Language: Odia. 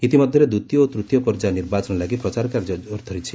ଇତିମଧ୍ୟରେ ଦ୍ୱିତୀୟ ଓ ତୂତୀୟ ପର୍ଯ୍ୟାୟ ନିର୍ବାଚନ ଲାଗି ପ୍ରଚାର କାର୍ଯ୍ୟ କୋର ଧରିଛି